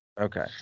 Okay